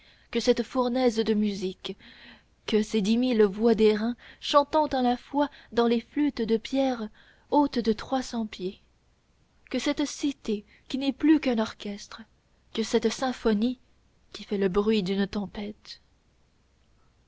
que cette fournaise de musique que ces dix mille voix d'airain chantant à la fois dans des flûtes de pierre hautes de trois cents pieds que cette cité qui n'est plus qu'un orchestre que cette symphonie qui fait le bruit d'une tempête